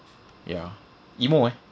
ya emo eh